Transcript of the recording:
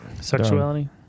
Sexuality